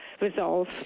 resolve